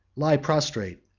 lie prostrate,